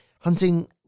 hunting